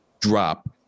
drop